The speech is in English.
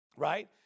right